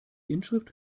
inschrift